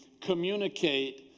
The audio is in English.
communicate